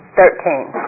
thirteen